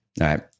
right